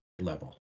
level